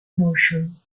motion